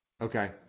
Okay